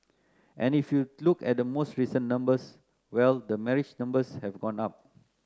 and if you look at the most recent numbers well the marriage numbers have gone up